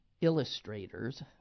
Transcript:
illustrators